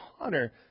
honor